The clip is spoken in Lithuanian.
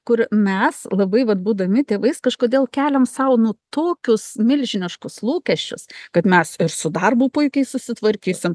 kur mes labai vat būdami tėvais kažkodėl keliam sau nu tokius milžiniškus lūkesčius kad mes ir su darbu puikiai susitvarkysim